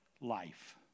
life